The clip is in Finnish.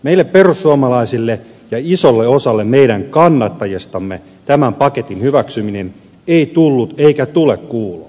meille perussuomalaisille ja isolle osalle meidän kannattajistamme tämän paketin hyväksyminen ei tullut eikä tule kuuloon